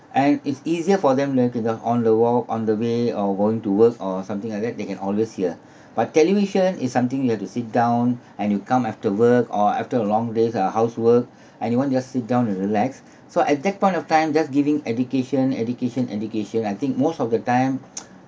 and it's easier for them look it up on the wall on the way or going to work or something like that they can always hear but television is something you have to sit down and you come after work or after a long day's uh housework and you want to just sit down and relax so at that point of time just giving education education education I think most of the time